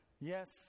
Yes